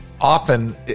often